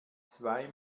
zwei